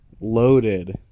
Loaded